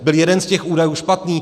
Byl jeden z těch údajů špatný?